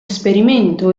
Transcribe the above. esperimento